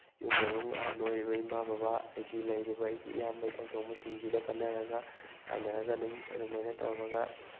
ꯏꯃꯨꯡ ꯃꯅꯨꯡ ꯑꯍꯜ ꯑꯣꯏꯔꯤꯕ ꯏꯃꯥ ꯕꯕꯥ ꯍꯥꯏꯗꯤ ꯂꯩꯔꯤꯕ ꯑꯩꯒꯤ ꯏꯌꯥꯝꯕ ꯏꯊꯛꯊꯣꯡꯕꯁꯤꯡꯁꯤꯗ ꯈꯟꯅꯔꯒ ꯇꯥꯅꯔꯒ ꯑꯗꯨꯝ ꯑꯗꯨꯃꯥꯏꯅ ꯇꯧꯔꯒ